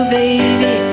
baby